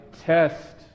test